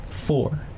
four